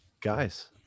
Guys